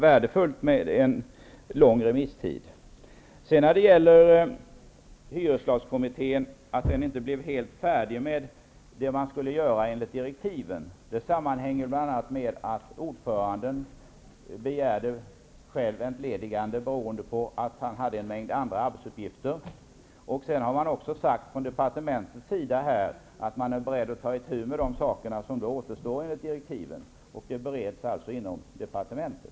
Att hyreslagskommittén inte blev helt färdig med vad man skulle göra enligt direktiven, sammanhänger bl.a. med att ordföranden själv begärde entledigande beroende på att han hade en mängd andra arbetsuppgifter. Sedan har man också från departementets sida sagt att man är beredd att ta itu med det som återstår enligt direktiven. Det bereds alltså inom departementet.